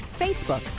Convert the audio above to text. Facebook